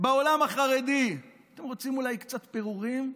בעולם החרדי: אתם רוצים אולי קצת פירורים?